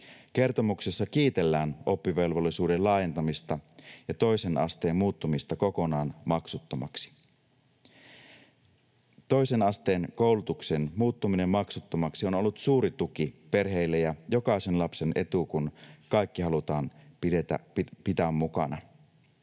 Kertomuksessa kiitellään oppivelvollisuuden laajentamista ja toisen asteen muuttumista kokonaan maksuttomaksi. Toisen asteen koulutuksen muuttuminen maksuttomaksi on ollut suuri tuki perheille ja jokaisen lapsen etu, kun kaikki halutaan pitää mukana.